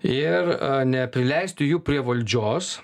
ir neprileisti jų prie valdžios